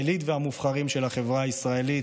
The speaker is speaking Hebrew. העילית והמובחרים של החברה הישראלית.